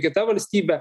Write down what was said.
kita valstybė